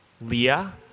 Leah